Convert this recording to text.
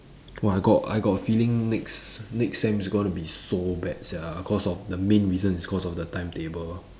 !wah! I got I got a feeling next next sem is going to be so bad sia cause of the main reason it's cause of the timetable